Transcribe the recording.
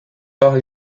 par